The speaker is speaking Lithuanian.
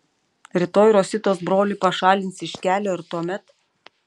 rytoj rositos brolį pašalins iš kelio ir tuomet